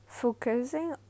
focusing